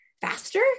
faster